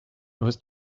was